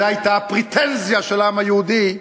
זו הייתה הפרטנזיה של העם היהודי,